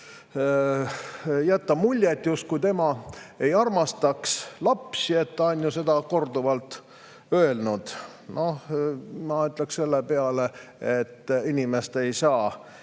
jätta muljet, justkui tema ei armastaks lapsi, kuigi ta on ju seda korduvalt [eitanud]. Ma ütleksin selle peale, et inimest ei saa